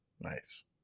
Nice